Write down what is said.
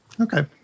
Okay